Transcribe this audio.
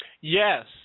Yes